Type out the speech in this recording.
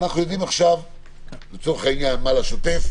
אנחנו יודעים עכשיו ברור מה לצורך העניין לשוטף,